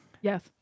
Yes